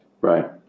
Right